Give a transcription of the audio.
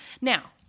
now